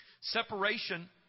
separation